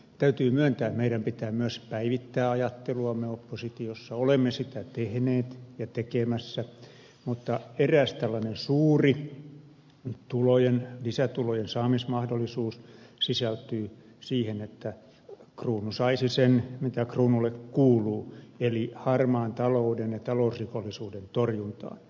täytyy myöntää että meidän pitää myös päivittää ajatteluamme oppositiossa olemme sitä tehneet ja tekemässä mutta eräs tällainen suuri lisätulojen saamismahdollisuus sisältyy siihen että kruunu saisi sen mitä kruunulle kuuluu eli harmaan talouden ja talousrikollisuuden torjuntaa